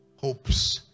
hopes